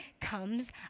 comes